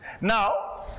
Now